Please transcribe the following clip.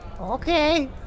Okay